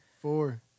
Four